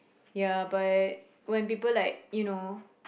ya but when people like you know